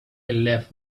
left